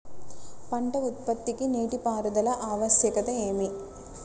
పంట ఉత్పత్తికి నీటిపారుదల ఆవశ్యకత ఏమి?